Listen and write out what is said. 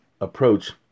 approach